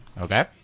Okay